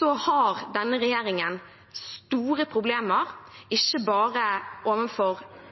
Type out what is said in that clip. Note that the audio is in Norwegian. vil denne regjeringen ha store problemer overfor ikke bare